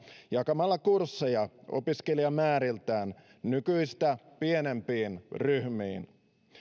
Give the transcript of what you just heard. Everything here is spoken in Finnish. jakamalla kursseja opiskelijamääriltään nykyistä pienempiin ryhmiin